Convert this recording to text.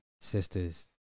Sisters